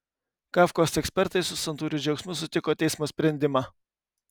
kafkos ekspertai su santūriu džiaugsmu sutiko teismo sprendimą